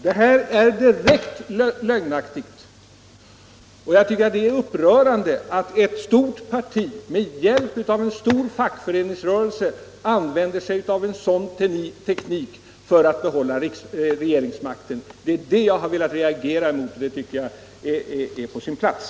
Jag har påtalat direkta lögnaktigheter, och det är upprörande att ett stort parti med hjälp av en stor fackföreningsrörelse använder sig av en sådan teknik för att söka behålla regeringsmakten. Det är det jag har reagerat mot, och det tycker jag är på sin plats.